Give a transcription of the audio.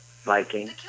viking